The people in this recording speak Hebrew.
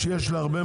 יש גם להן